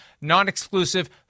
Non-exclusive